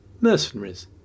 mercenaries